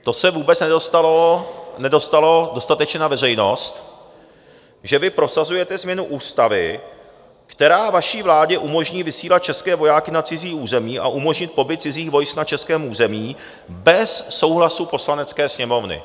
To se vůbec nedostalo dostatečně na veřejnost, že vy prosazujete změnu ústavy, která vaší vládě umožní vysílat české vojáky na cizí území a umožní pobyt cizích vojsk na českém území bez souhlasu Poslanecké sněmovny.